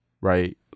right